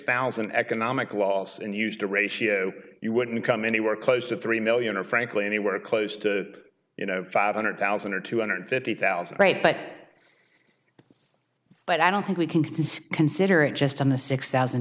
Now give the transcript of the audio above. thousand economic loss and used a ratio you wouldn't come anywhere close to three million or frankly anywhere close to you know five hundred thousand or two hundred fifty thousand right but but i don't think we can consider it just on the six thousand